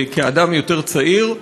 כאדם יותר צעיר,